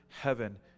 heaven